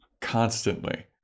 constantly